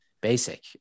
Basic